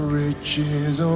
riches